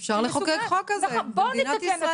אפשר לחוקק חוק כזה במדינת ישראל,